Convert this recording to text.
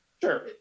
Sure